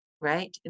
right